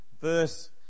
Verse